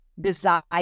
desire